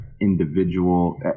individual